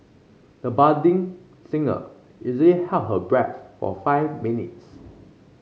the budding singer easily held her breath for five minutes